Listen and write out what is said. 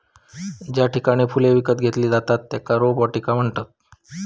ज्या ठिकाणी फुले विकत घेतली जातत त्येका रोपवाटिका म्हणतत